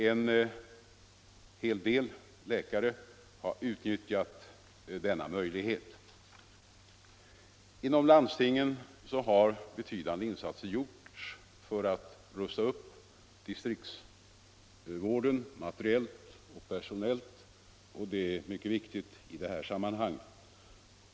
En hel del läkare har utnyttjat denna möjlighet. Inom landstingen har betydande insatser gjorts för att rusta upp distriktsvården materiellt och personellt — och det är mycket viktigt i detta sammanhang.